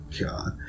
God